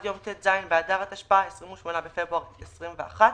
יום ט"ז באדר התשפ"א (28 בפברואר 2021),